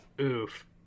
Oof